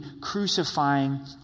crucifying